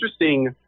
interesting